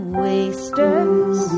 wasters